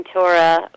Torah